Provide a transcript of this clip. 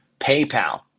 PayPal